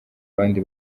abandi